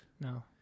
No